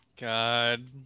God